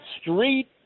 street